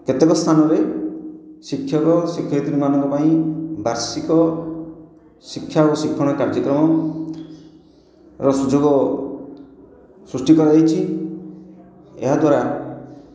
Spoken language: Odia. କେତେକ ସ୍ଥାନରେ ଶିକ୍ଷକ ଶିକ୍ଷୟତ୍ରୀମାନଙ୍କ ପାଇଁ ବାର୍ଷିକ ଶିକ୍ଷା ଓ ଶିକ୍ଷଣୀୟ କାର୍ଯ୍ୟକ୍ରମ ର ସୁଯୋଗ ସୃଷ୍ଟି କରାଯାଇଛି ଏହା ଦ୍ଵାରା